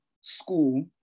school